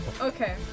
Okay